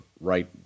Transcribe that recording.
right